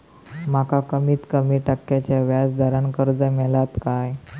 माका कमीत कमी टक्क्याच्या व्याज दरान कर्ज मेलात काय?